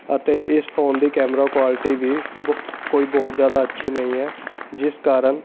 ਅਤੇ ਇਸ ਫੋਨ ਦੀ ਕੈਮਰਾ ਕੁਆਲਿਟੀ ਵੀ ਕੋਈ ਬਹੁਤ ਜ਼ਿਆਦਾ ਅੱਛੀ ਨਹੀਂ ਹੈ ਜਿਸ ਕਾਰਨ